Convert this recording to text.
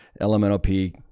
LMNOP